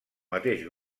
mateix